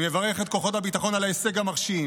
אני מברך את כוחות הביטחון על ההישג המרשים,